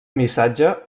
missatge